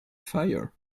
fire